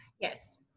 yes